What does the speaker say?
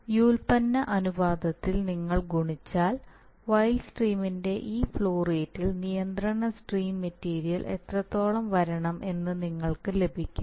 വ്യുൽപ്പന്ന അനുപാതത്തിൽ നിങ്ങൾ ഗുണിച്ചാൽ വൈൽഡ് സ്ട്രീമിന്റെ ഈ ഫ്ലോ റേറ്റിൽ നിയന്ത്രണ സ്ട്രീം മെറ്റീരിയൽ എത്രത്തോളം വരണം എന്ന് നിങ്ങൾക്ക് ലഭിക്കും